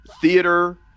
theater